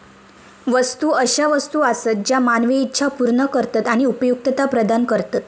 वस्तू अशा वस्तू आसत ज्या मानवी इच्छा पूर्ण करतत आणि उपयुक्तता प्रदान करतत